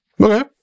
Okay